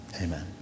amen